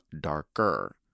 darker